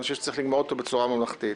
חושב שצריך לגמור אותו בצורה ממלכתית.